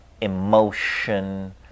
emotion